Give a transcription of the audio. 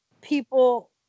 people